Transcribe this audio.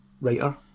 writer